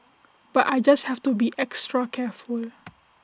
but I just have to be extra careful